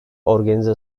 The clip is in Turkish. organize